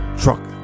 truck